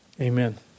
amen